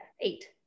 eight